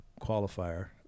qualifier